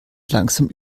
langsam